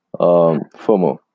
FOMO